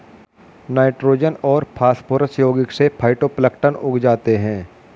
nitrogen और phosphorus यौगिक से फाइटोप्लैंक्टन उग जाते है